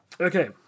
Okay